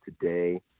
today